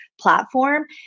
platform